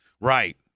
Right